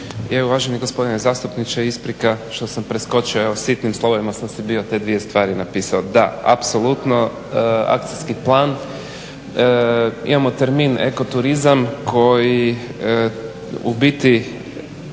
Uvaženi gospodine zastupniče, isprika što sam preskočio, evo sitnim slovima sam si bio te dvije stvari napisao. Da, apsolutno akcijski plan. Imamo termin eko turizam koji u biti